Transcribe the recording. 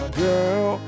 girl